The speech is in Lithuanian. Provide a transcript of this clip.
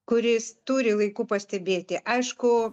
kuris turi laiku pastebėti aišku